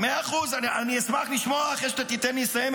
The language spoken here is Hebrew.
מאה אחוז, אני אשמח לשמוע אחרי שתיתן לי לסיים.